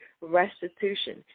restitution